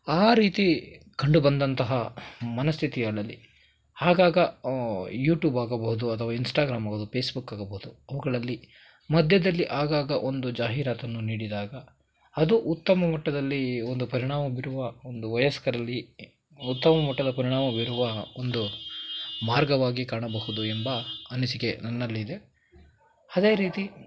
ಆ ರೀತಿ ಕಂಡು ಬಂದಂತಹ ಮನಸ್ಥಿತಿಗಳಲ್ಲಿ ಆಗಾಗ ಯುಟ್ಯೂಬ್ ಆಗಬಹುದು ಅಥವಾ ಇನ್ಸ್ಟಾಗ್ರಾಮ್ ಆಗಬಹುದು ಪೇಸ್ಬುಕ್ ಆಗಬಹುದು ಅವುಗಳಲ್ಲಿ ಮಧ್ಯದಲ್ಲಿ ಆಗಾಗ ಒಂದು ಜಾಹೀರಾತನ್ನು ನೀಡಿದಾಗ ಅದು ಉತ್ತಮ ಮಟ್ಟದಲ್ಲಿ ಈ ಒಂದು ಪರಿಣಾಮ ಬೀರುವ ಒಂದು ವಯಸ್ಕರಲ್ಲಿ ಉತ್ತಮ ಮಟ್ಟದ ಪರಿಣಾಮ ಬೀರುವ ಒಂದು ಮಾರ್ಗವಾಗಿ ಕಾಣಬಹುದು ಎಂಬ ಅನಿಸಿಕೆ ನನ್ನಲ್ಲಿದೆ ಅದೇ ರೀತಿ